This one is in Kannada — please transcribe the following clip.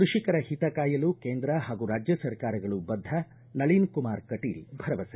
ಕೃಷಿಕರ ಹಿತಕಾಯಲು ಕೇಂದ್ರ ಹಾಗೂ ರಾಜ್ಯ ಸರ್ಕಾರಗಳು ಬದ್ದ ನಳಿನ್ ಕುಮಾರ್ ಕಟೀಲ್ ಭರವಸೆ